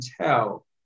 tell